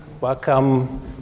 Welcome